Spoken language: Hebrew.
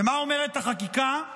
ומה אומרת החקיקה?